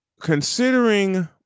considering